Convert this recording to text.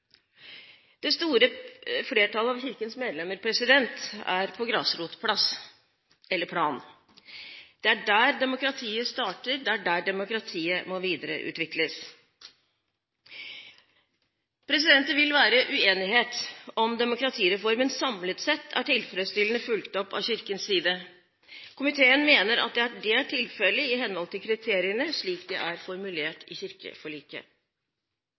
Det store flertallet av Kirkens medlemmer er på grasrotplan. Det er der demokratiet starter, det er der demokratiet må videreutvikles. Det vil være uenighet om demokratireformen samlet sett er tilfredsstillende fulgt opp fra Kirkens side. Komiteen mener at det er tilfelle i henhold til kriteriene, slik de er formulert i kirkeforliket.